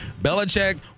Belichick